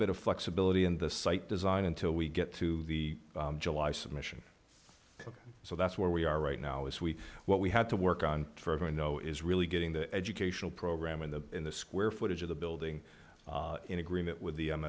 bit of flexibility in the site design until we get to the july submission ok so that's where we are right now is we what we had to work on for going though is really getting the educational program in the in the square footage of the building in agreement with the